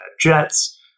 jets